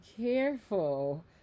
careful